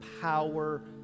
power